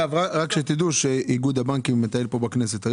רק שתדעו שאיגוד הבנקים מטייל כאן היום בכנסת.